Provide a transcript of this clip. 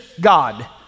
God